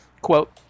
quote